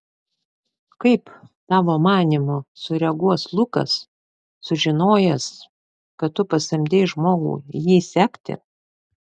kaip tavo manymu sureaguos lukas sužinojęs kad tu pasamdei žmogų jį sekti